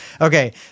Okay